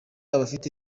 abafite